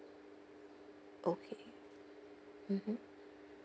okay mmhmm